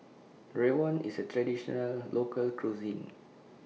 Rawon IS A Traditional Local Cuisine